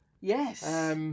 Yes